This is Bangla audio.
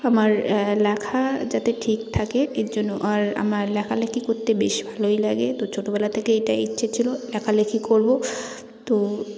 আমার লেখা যাতে ঠিক থাকে এর জন্য আর আমার লেখালেখি করতে বেশ ভালোই লাগে তো ছোটবেলা থেকে এটাই ইচ্ছে ছিল লেখালেখি করবো তো